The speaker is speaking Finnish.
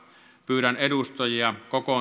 pyydän edustajia